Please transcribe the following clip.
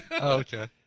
Okay